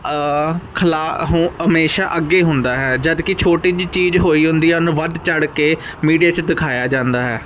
ਖਿਲਾ ਹਮੇਸ਼ਾ ਅੱਗੇ ਹੁੰਦਾ ਹੈ ਜਦ ਕਿ ਛੋਟੀ ਜਿਹੀ ਚੀਜ਼ ਹੋਈ ਹੁੰਦੀ ਹੈ ਉਹਨੂੰ ਵੱਧ ਚੜ੍ਹ ਕੇ ਮੀਡੀਆ 'ਚ ਦਿਖਾਇਆ ਜਾਂਦਾ ਹੈ